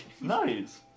Nice